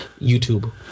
youtube